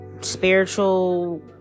spiritual